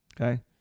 Okay